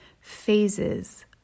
phases